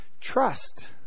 trust